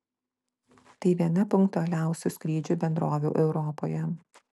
tai viena punktualiausių skrydžių bendrovių europoje